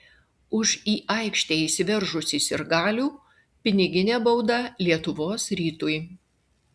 už į aikštę įsiveržusį sirgalių piniginė bauda lietuvos rytui